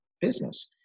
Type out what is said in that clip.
business